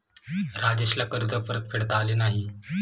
राजेशला कर्ज परतफेडता आले नाही